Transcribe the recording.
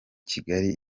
kigali